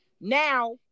Now